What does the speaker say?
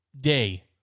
day